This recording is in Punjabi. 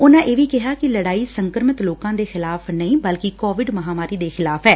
ਉਨਾਂ ਇਹ ਵੀ ਕਿਹਾ ਕਿ ਲੜਾਈ ਸੰਕਰਮਿਤ ਲੋਕਾਂ ਦੇ ਖਿਲਾਫ਼ ਨਹੀ ਬਲਕਿ ਕੋਵਿਡ ਮਹਾਂਮਾਰੀ ਦੇ ਖਿਲਾਫ਼ ਐ